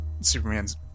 Superman's